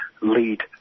lead